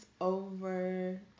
over